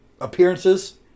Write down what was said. appearances